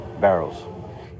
barrels